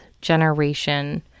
generation